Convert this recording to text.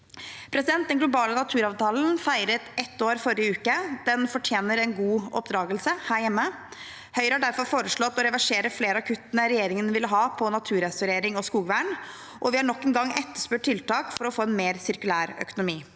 mot nå. Den globale naturavtalen feiret ett år i forrige uke. Den fortjener en god oppdragelse her hjemme. Høyre har derfor foreslått å reversere flere av kuttene regjeringen ville ha på naturrestaurering og skogvern, og vi har nok en gang etterspurt tiltak for å få en mer sirkulær økonomi.